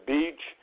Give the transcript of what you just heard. Beach